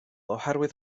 oherwydd